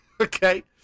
Okay